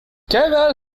carroll